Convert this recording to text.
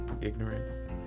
ignorance